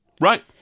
Right